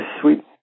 sweet